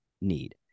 need